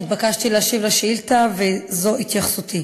נתבקשתי להשיב על השאילתה וזו התייחסותי: